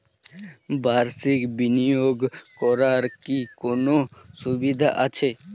বাষির্ক বিনিয়োগ করার কি কোনো সুবিধা আছে?